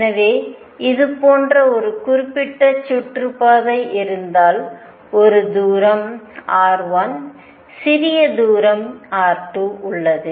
எனவே இது போன்ற ஒரு குறிப்பிட்ட சுற்றுப்பாதை இருந்தால் ஒரு தூரம் r1 சிறிய தூரம் r2 உள்ளது